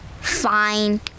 Fine